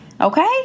Okay